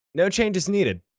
no changes needed.